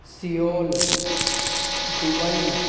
Seoul Dubai